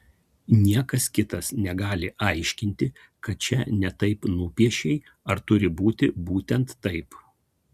niekas kitas negali aiškinti kad čia ne taip nupiešei ar turi būti būtent taip